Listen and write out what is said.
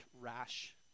rash